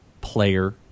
player